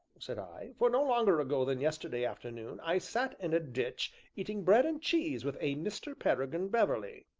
said i, for no longer ago than yesterday afternoon i sat in a ditch eating bread and cheese with a mr. peregrine beverley.